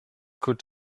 could